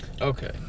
okay